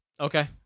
Okay